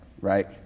right